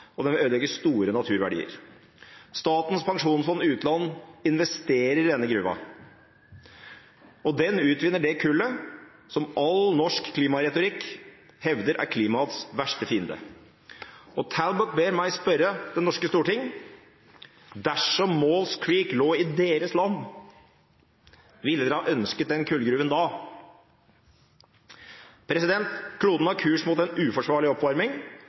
og den vil ødelegge store naturverdier. Statens pensjonsfond utland investerer i denne gruven. Den utvinner det kullet som all norsk klimaretorikk hevder er klimaets verste fiende. Talbott ber meg spørre Det norske storting: Dersom Maules Creek lå i deres land, ville dere ha ønsket den kullgruven da? Kloden har kurs mot en uforsvarlig oppvarming,